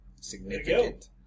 Significant